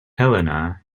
elena